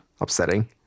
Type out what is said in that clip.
Upsetting